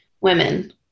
women